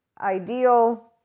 ideal